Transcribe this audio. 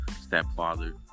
stepfather